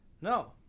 No